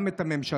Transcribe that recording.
גם את הממשלה,